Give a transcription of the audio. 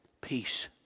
peace